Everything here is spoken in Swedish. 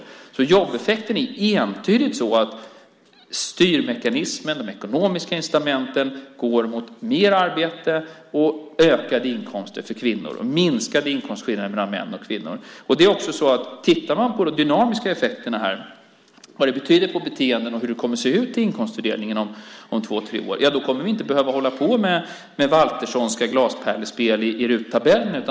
Så när det gäller jobbeffekten är det entydigt så att styrmekanismen, de ekonomiska incitamenten, går mot mer arbete, ökade inkomster för kvinnor och minskade inkomstskillnader mellan män och kvinnor. Om man tittar på de dynamiska effekterna, vad det betyder för beteenden och hur det kommer att se ut i inkomstfördelningen om två tre år, kommer vi inte att behöva hålla på med valterssonska glaspärlespel i RUT-tabellen.